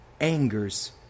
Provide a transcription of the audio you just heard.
angers